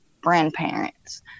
grandparents